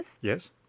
Yes